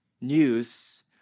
news